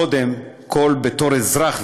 קודם כול בתור אזרח,